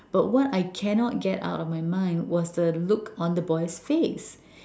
but what I cannot get out of my mind was the look on the boy's face